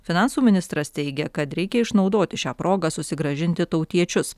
finansų ministras teigia kad reikia išnaudoti šią progą susigrąžinti tautiečius